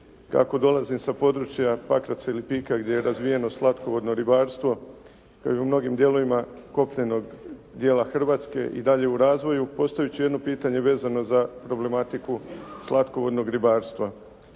Kako dolazim sa područja Pakraca i Lipika gdje je razvijeno slatkovodno ribarstvo kao i u mnogim dijelovima kopnenog dijela Hrvatske i dalje u razvoju postavit ću jedno pitanje vezano za problematiku slatkovodnog ribarstva.